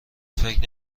فکر